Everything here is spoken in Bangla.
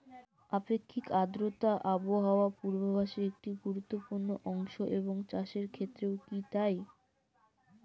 আপেক্ষিক আর্দ্রতা আবহাওয়া পূর্বভাসে একটি গুরুত্বপূর্ণ অংশ এবং চাষের ক্ষেত্রেও কি তাই?